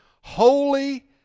Holy